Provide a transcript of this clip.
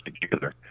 together